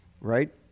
right